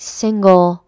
single